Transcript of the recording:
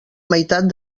meitat